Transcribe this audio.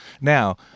Now